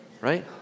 right